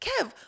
Kev